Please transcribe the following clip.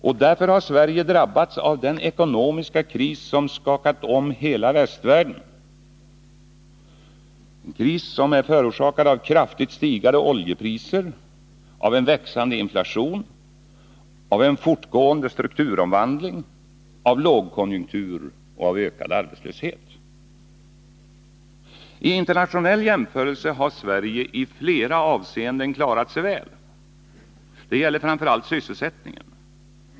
Och därför har Sverige drabbats av den ekonomiska kris som skakat om hela västvärlden och som kännetecknas av kraftigt stigande oljepriser, av en växande inflation, av en fortgående strukturomvandling, av lågkonjunktur och av ökad arbetslöshet. I internationell jämförelse har Sverige i flera avseenden klarat sig väl. Det gäller framför allt sysselsättningen.